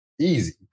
easy